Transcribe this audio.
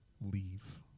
Leave